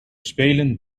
spelen